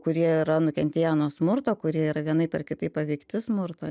kurie yra nukentėję nuo smurto kurie yra vienaip ar kitaip paveikti smurto